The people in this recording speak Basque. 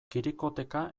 kirikoketa